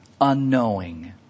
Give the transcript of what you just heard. unknowing